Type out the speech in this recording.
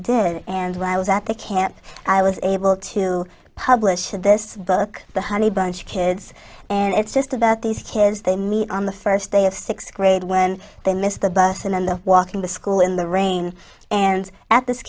did and when i was at the camp i was able to publish this book the honeybunch kid woods and it's just about these kids they meet on the first day of sixth grade when they miss the bus and then the walk in the school in the rain and at this